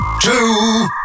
two